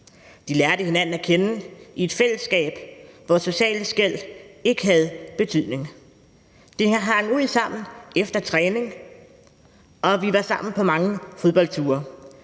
De lærte hinanden at kende i et fællesskab, hvor sociale skel ikke havde betydning. Vi hang ud sammen efter træning, og vi var sammen på mange foldboldture,